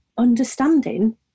understanding